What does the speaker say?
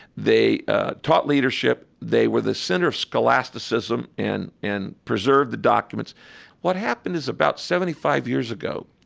they taught leadership. they were the center of scholasticism and and preserved the documents what happened is about seventy five years ago,